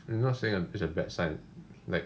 I'm not saying it's a bad sign like